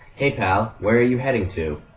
hey pal, where are you heading to?